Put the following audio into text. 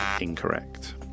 Incorrect